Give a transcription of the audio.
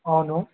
అవును